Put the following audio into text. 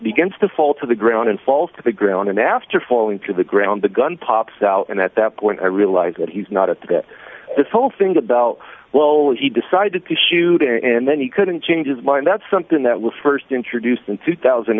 begins to fall to the ground and falls to the ground and after falling to the ground the gun pops out and at that point i realize that he's not it that this whole thing about well he decided to shoot and then he couldn't change his mind that's something that was st introduced in two thousand